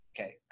Okay